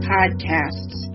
Podcasts